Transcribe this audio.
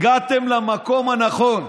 הגעתם למקום הנכון.